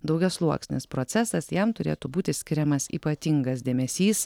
daugiasluoksnis procesas jam turėtų būti skiriamas ypatingas dėmesys